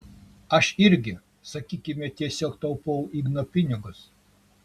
aš irgi sakykime tiesiog taupau igno pinigus